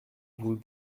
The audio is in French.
vous